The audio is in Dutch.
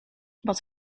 wat